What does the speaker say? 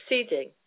succeeding